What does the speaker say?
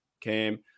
Cam